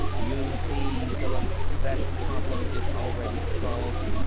you see, philip, that problem is already solved.